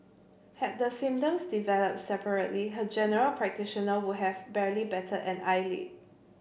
had the symptoms developed separately her general practitioner would have barely batted an eyelid